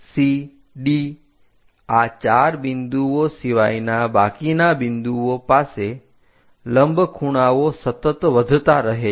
ABC D આ ચાર બિંદુઓ સિવાયના બાકીના બિંદુઓ પાસે લંબ ખૂણાઓ સતત વધતા રહે છે